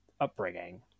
upbringing